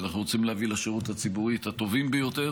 ואנחנו רוצים להביא לשירות הציבורי את הטובים ביותר